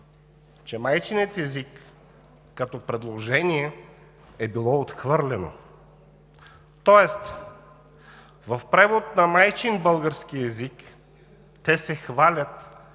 че майчиният език, като предложение, е бил отхвърлен. Тоест в превод на майчин български език те се хвалят,